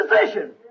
position